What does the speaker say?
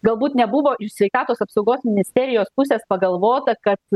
galbūt nebuvo iš sveikatos apsaugos ministerijos pusės pagalvota kad